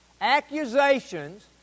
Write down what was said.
accusations